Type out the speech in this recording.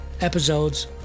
episodes